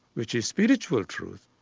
which is spiritual truth,